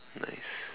nice